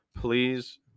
please